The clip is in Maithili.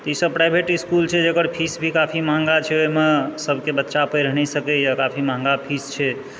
ईसभ प्राइवेट इस्कुल छै जकर फीस भी काफी महंगा छै ओहिमे सभके बच्चा पढ़ि नहि सकैए काफी महंगा फीस छै